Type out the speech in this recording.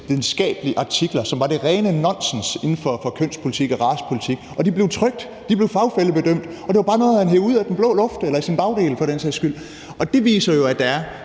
videnskabelige artikler, som var det rene nonsens, inden for kønspolitik og racepolitik. Og de blev trykt! De blev fagfællebedømt, og det var bare noget, han hev ud af den blå luft – eller sin bagdel for den sags skyld. Og det viser jo, at der er